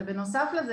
אבל בנוסף לזה,